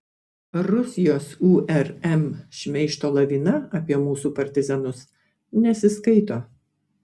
rusijos urm šmeižto lavina apie mūsų partizanus nesiskaito